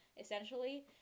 essentially